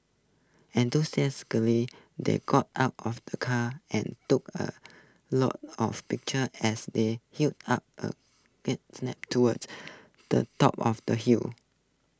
enthusiastically they got out of the car and took A lot of pictures as they hiked up A towards the top of the hill